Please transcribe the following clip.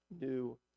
new